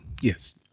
yes